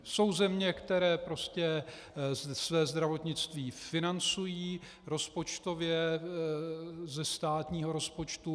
Jsou země, které prostě své zdravotnictví financují rozpočtově ze státního rozpočtu.